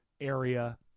area